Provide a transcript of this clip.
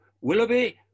Willoughby